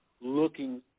looking